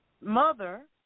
mother